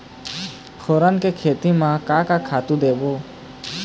फोरन के खेती म का का खातू देबो?